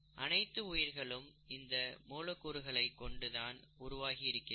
அனைத்து உயிர்களும் இந்த மூலக் கூறுகளைக் கொண்டு தான் உருவாகி இருக்கிறது